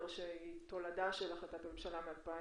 שהיא תולדה של החלטת ממשלה מ-2017.